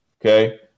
Okay